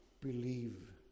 believe